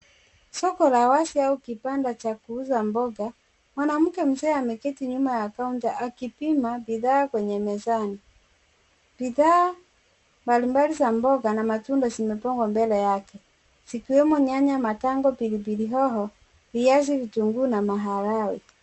Soko la wazi ama kibanda cha kuuza mboga. Mwanamke mzee ameketi nyuma ya kaunta akipima bidhaa kwenye mizani. Bidhaa mbalimbali za mboga na matunda zimepangwa mbele yake zikwemo nyanya, matango, pilipili hoho, viazi, vitunguu na maharagwe.